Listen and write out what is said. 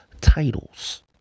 titles